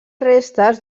restes